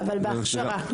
אבל בהכשרה.